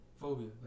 phobia